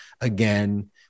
again